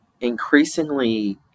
increasingly